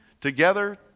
together